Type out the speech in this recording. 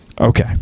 Okay